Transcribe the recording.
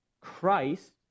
Christ